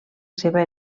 seva